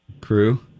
Crew